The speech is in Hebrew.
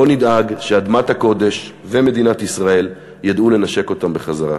בואו נדאג שאדמת הקודש ומדינת ישראל ידעו לנשק אותם בחזרה.